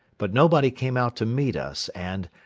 but nobody came out to meet us and,